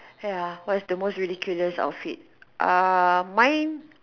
ya what's the most ridiculous outfit uh mine